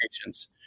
patients